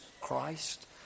Christ